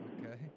Okay